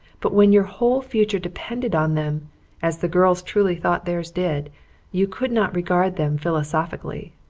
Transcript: but when your whole future depended on them as the girls truly thought theirs did you could not regard them philosophically.